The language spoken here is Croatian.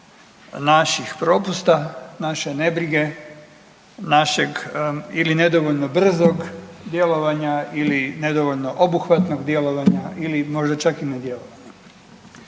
naših propusta, naše nebrige, našeg ili nedovoljno brzog djelovanja ili nedovoljno obuhvatnog djelovanja ili možda čak i nedjelovanja.